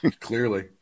Clearly